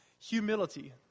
Humility